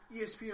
ESPN